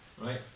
right